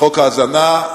חוק ההזנה,